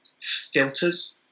filters